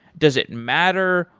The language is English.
does it matter,